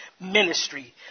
ministry